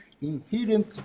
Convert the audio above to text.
inherent